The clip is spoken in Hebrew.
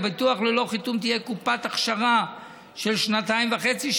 לביטוח ללא חיתום תהיה תקופת אכשרה של שנתיים וחצי,